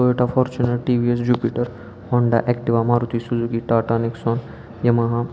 Toyota Fortuner T V S Jupiter Honda Activa Maruti Suzuki Tata Nexon Yamaha